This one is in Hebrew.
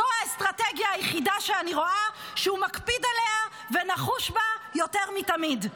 זו האסטרטגיה היחידה שאני רואה שהוא מקפיד עליה ונחוש בה יותר מתמיד.